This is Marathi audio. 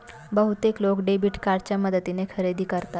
बहुतेक लोक डेबिट कार्डच्या मदतीने खरेदी करतात